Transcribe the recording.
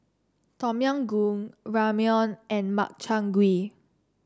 Tom Yam Goong Ramyeon and Makchang Gui